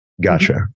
Gotcha